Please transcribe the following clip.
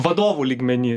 vadovų lygmeny